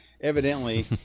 Evidently